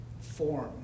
form